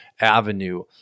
avenue